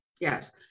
Yes